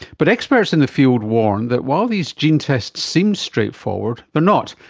but experts in the field warn that while these gene tests seem straightforward, they're not,